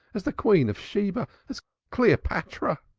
as the queen of sheba, as cleopatra!